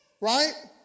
right